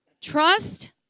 trust